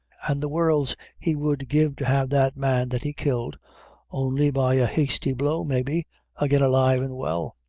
and the worlds he would give to have that man that he killed only by a hasty blow, maybe again alive and well!